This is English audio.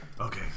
Okay